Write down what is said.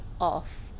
off